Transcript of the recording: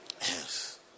Yes